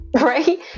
Right